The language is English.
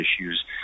issues